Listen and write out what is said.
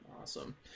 awesome